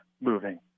moving